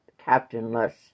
captainless